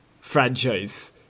franchise